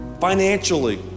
financially